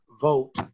vote